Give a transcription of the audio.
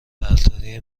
برتری